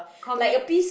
commit